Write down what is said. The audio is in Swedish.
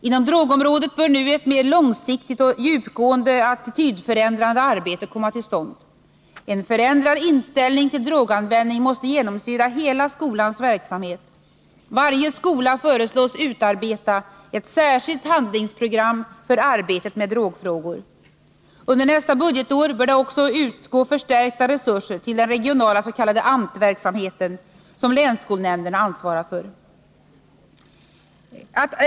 Inom drogområdet bör nu ett mer långsiktigt och djupgående attitydförändrande arbete komma till stånd. En förändrad inställning till droganvändning måste genomsyra hela skolans verksamhet. Varje skola föreslås utarbeta ett särskilt handlingsprogram för arbetet med drogfrågor. Under nästa budgetår bör det också utgå förstärkta resurser till den regionala s.k. ANT-verksamheten, som länsskolnämnderna ansvarar för.